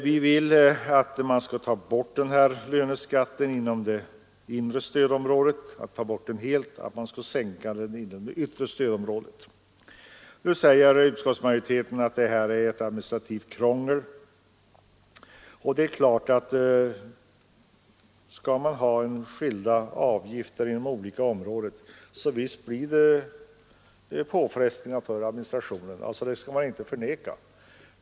Vi vill att man helt skall ta bort löneskatten inom det inre stödområdet och att man skall sänka den inom det yttre stödområdet. Utskottsmajoriteten säger att detta skulle innebära ett administrativt krångel. Det är klart att om man skall ha skilda åtgärder inom olika områden, så blir det påfrestningar för administrationen — det skall inte förnekas.